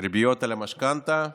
ריביות על המשכנתה,